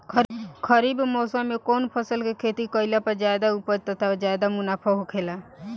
खरीफ़ मौसम में कउन फसल के खेती कइला पर ज्यादा उपज तथा ज्यादा मुनाफा होखेला?